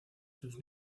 sus